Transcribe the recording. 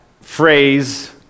phrase